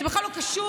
זה בכלל לא קשור,